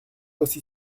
aussi